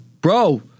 bro